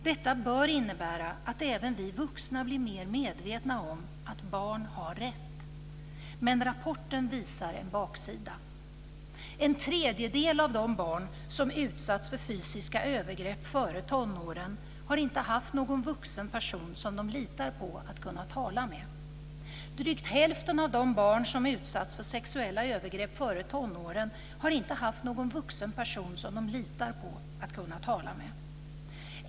Detta bör innebära att även vi vuxna blir mer medvetna om att barn har rätt. Men rapporten visar också en baksida. En tredjedel av de barn som utsatts för fysiska övergrepp före tonåren har inte haft någon vuxen person som de litar på att tala med. Drygt hälften av de barn som utsatts för sexuella övergrepp före tonåren har inte haft någon vuxen person som de litar på att tala med.